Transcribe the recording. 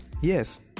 Yes